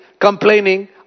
complaining